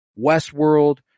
westworld